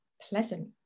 pleasant